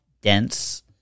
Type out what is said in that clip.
dense